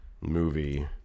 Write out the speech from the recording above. Movie